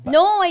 No